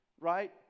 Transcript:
right